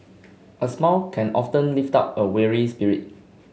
a smile can often lift up a weary spirit